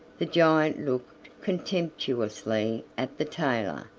the giant looked contemptuously at the tailor,